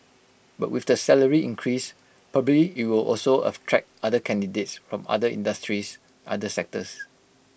but with the salary increase probably IT will also of attract other candidates from other industries other sectors